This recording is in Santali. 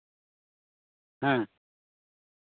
ᱦᱮᱸ